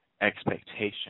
Expectation